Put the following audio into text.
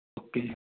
okay